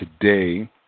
today